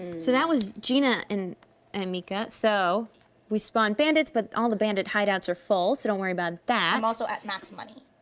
so that was gina and and mica, so we spawn bandits, but all the bandit hideouts are full, so don't worry about that. i'm also at max money.